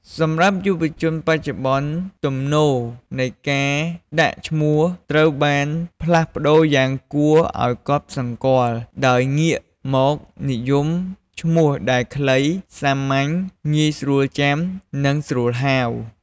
សម្រាប់យុវជនបច្ចុប្បន្ន ទំនោរនៃការដាក់ឈ្មោះត្រូវបានផ្លាស់ប្ដូរយ៉ាងគួរឲ្យកត់សម្គាល់ ដោយងាកមកនិយមឈ្មោះដែល ខ្លី សាមញ្ញ ងាយស្រួលចាំ និងស្រួលហៅ។